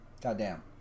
Goddamn